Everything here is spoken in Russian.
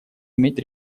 иметь